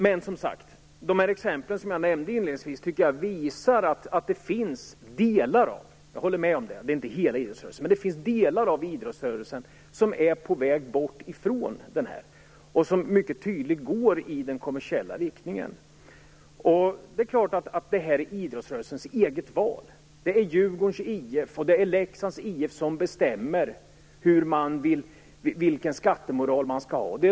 Men de exempel som jag nämnde inledningsvis visar att det finns delar av idrottsrörelsen - inte hela - som är på väg bort från den här vägen och som mycket tydligt går i den kommersiella riktningen. Det är klart att det är idrottsrörelsens eget val. Det är Djurgårdens IF och Leksands IF som bestämmer vilken skattemoral de skall ha.